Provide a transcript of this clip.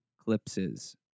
eclipses